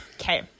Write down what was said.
okay